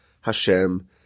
Hashem